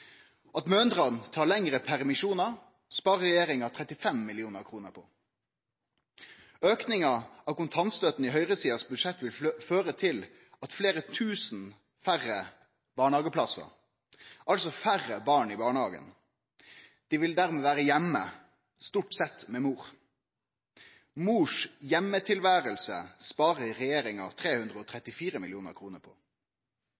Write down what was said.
At mødrene tar lengre permisjonar, sparer regjeringa 35 mill. kr på. Aukinga av kontantstøtta i høgresida sitt budsjett vil føre til fleire tusen færre barnehageplassar – altså færre barn i barnehagen. Dei vil dermed vere heime – stort sett med mor. Mor sitt tilvære heime sparer regjeringa 334 mill. kr på.